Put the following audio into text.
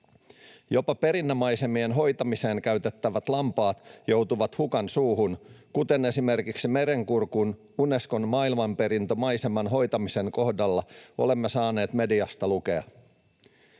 Jopa perinnemaisemien hoitamiseen käytettävät lampaat joutuvat hukan suuhun, kuten esimerkiksi Merenkurkun Unescon maailmanperintömaiseman hoitamisen kohdalla olemme saaneet mediasta lukea.